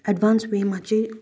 advance वेमा चाहिँ